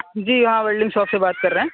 جی ہاں welding shop سے بات کر رہے ہیں